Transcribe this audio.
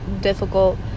difficult